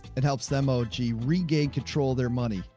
it helps them, oh gee, regained control their money.